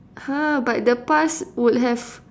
!huh! but the past would have